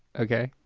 okay.